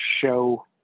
show